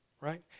right